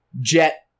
jet